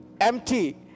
empty